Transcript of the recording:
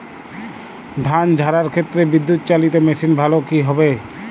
ধান ঝারার ক্ষেত্রে বিদুৎচালীত মেশিন ভালো কি হবে?